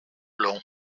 long